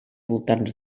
voltants